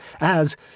as